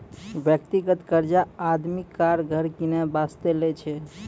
व्यक्तिगत कर्जा आदमी कार, घर किनै बासतें लै छै